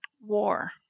war